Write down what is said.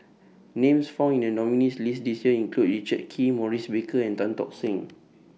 Names found in The nominees' list This Year include Richard Kee Maurice Baker and Tan Tock Seng